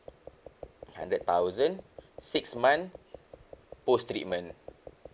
hundred thousand six month post treatment